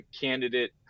candidate